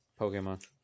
Pokemon